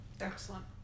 Excellent